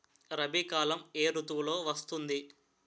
రబీ కాలం ఏ ఋతువులో వస్తుంది?